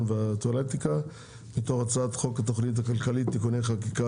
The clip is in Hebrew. והטואלטיקה) מתוך הצעת חוק התכנית הכלכלית (תיקוני חקיקה